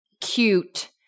cute